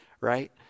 Right